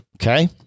okay